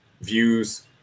Views